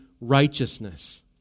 righteousness